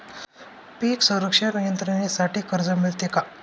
पीक संरक्षण यंत्रणेसाठी कर्ज मिळते का?